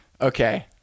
okay